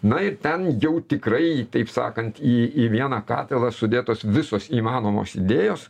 na ir ten jau tikrai taip sakant į į vieną katilą sudėtos visos įmanomos idėjos